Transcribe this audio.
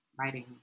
writing